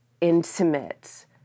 intimate